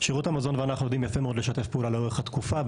שירות המזון ואנחנו יודעים יפה מאוד לשתף פעולה לאורך התקופה,